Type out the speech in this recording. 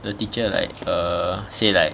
the teacher like err say like